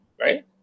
right